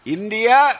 India